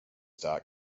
dot